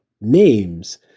names